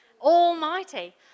almighty